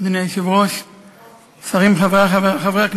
עיסוק רב-שנים הולך וגובר בהסדר